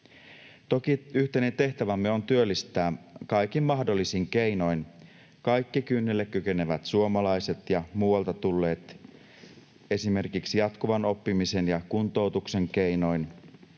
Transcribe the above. Toki yhteinen tehtävämme on työllistää kaikin mahdollisin keinoin kaikki kynnelle kykenevät suomalaiset ja muualta tulleet esimerkiksi jatkuvan oppimisen ja kuntoutuksen keinoin,